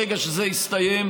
ברגע שזה יסתיים,